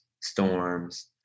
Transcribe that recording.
storms